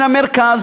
מן המרכז,